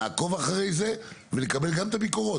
נעקוב אחרי זה ונקבל גם את הביקורות,